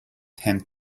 tend